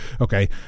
okay